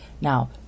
Now